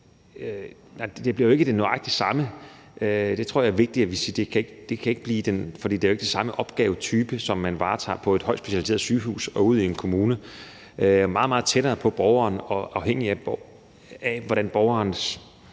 det er jo ikke den samme opgavetype, som man varetager på et højt specialiseret sygehus og ude i en kommune, hvor man er meget, meget tættere på borgeren og afhængig af, hvordan borgerens